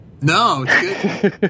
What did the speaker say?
No